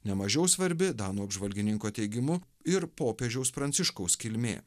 nemažiau svarbi danų apžvalgininko teigimu ir popiežiaus pranciškaus kilmė